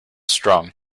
strong